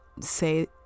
say